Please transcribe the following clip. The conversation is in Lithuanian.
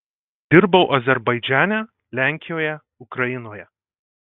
dirbau azerbaidžane lenkijoje ukrainoje